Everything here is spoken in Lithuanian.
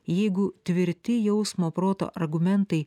jeigu tvirti jausmo proto argumentai